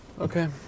okay